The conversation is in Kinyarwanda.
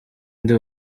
ndi